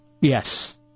Yes